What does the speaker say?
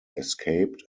escaped